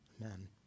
Amen